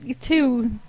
two